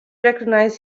recognize